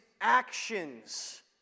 actions